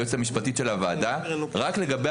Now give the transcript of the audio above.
היועצת המשפטית של הוועדה רק לגבי